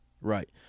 Right